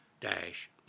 dash